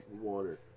water